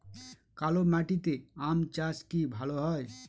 কালো মাটিতে আম চাষ কি ভালো হয়?